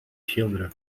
schilderen